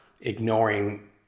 ignoring